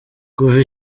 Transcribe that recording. kuva